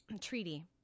treaty